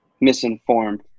misinformed